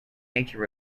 nature